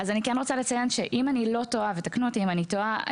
אז אני כן רוצה לציין שאם אני לא טועה ותקנו אותי אם אני טועה,